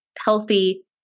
healthy